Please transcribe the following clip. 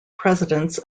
presidents